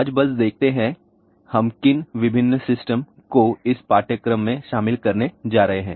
आज बस देखते हैं हम किन विभिन्न सिस्टम को इस पाठ्यक्रम में शामिल करने जा रहे हैं